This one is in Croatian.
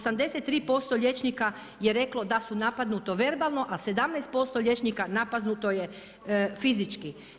83% liječnika je reklo da su napadnuto verbalno, a 17% liječnika napadnuto je fizički.